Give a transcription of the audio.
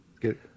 Good